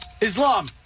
Islam